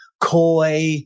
coy